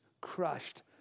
crushed